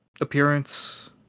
appearance